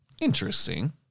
Interesting